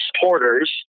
supporters